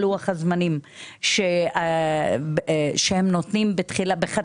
בלוח הזמנים שהם נותנים בחתימה.